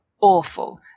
awful